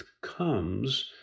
comes